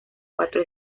cuatro